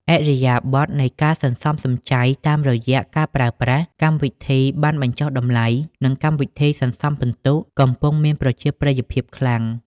ឥរិយាបថនៃការសន្សំសំចៃតាមរយៈការប្រើប្រាស់ "កម្មវិធីប័ណ្ណបញ្ចុះតម្លៃ" និង "កម្មវិធីសន្សំពិន្ទុ" កំពុងមានប្រជាប្រិយភាពខ្លាំង។